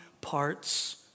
parts